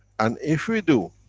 and if we do